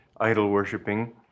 idol-worshiping